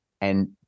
And-